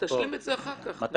לא, אז תשלים את זה אחר כך, נקודה.